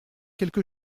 quelque